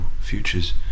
futures